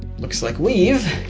looks like we've